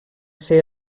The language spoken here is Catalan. ser